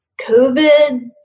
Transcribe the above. COVID